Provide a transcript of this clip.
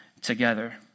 together